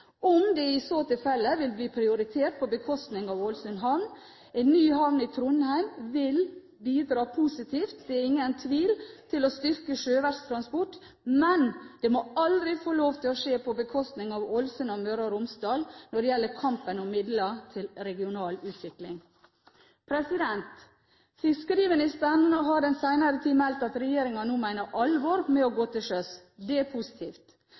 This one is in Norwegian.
om det i så tilfelle ville bli prioritert på bekostning av Ålesund havn. En ny havn i Trondheim vil bidra positivt – det er det ingen tvil om – til å styrke sjøverts transport, men det må aldri få skje på bekostning av Ålesund og Møre og Romsdal i kampen om midler til regional utvikling. Fiskeri- og kystministeren har den senere tid meldt at regjeringen nå mener alvor med transport til sjøs. Det er positivt.